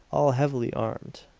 all heavily armed,